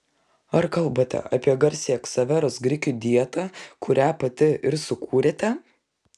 ar kalbate apie garsiąją ksaveros grikių dietą kurią pati ir sukūrėte